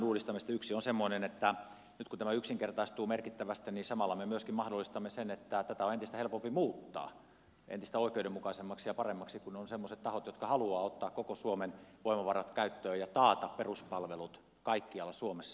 yksi on semmoinen että nyt kun tämä yksinkertaistuu merkittävästi niin samalla me myöskin mahdollistamme sen että tätä on entistä helpompi muuttaa entistä oikeudenmukaisemmaksi ja paremmaksi kun on semmoiset tahot jotka haluavat ottaa koko suomen voimavarat käyttöön ja taata peruspalvelut kaikkialla suomessa